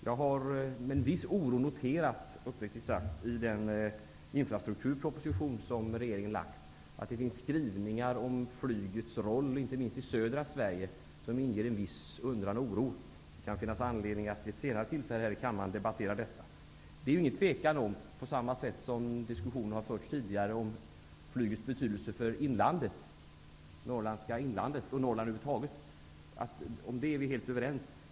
Jag har med en viss oro noterat, uppriktigt sagt, i den infrastrukturproposition som regeringen har lagt fram att det finns skrivningar om flygets roll, inte minst i södra Sverige, vilka inger en viss undran och oro. Det kan finnas anledning att vid ett senare tillfälle här i kammaren debattera detta. Norrland över huvud taget är vi helt överens.